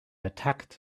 attacked